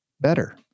better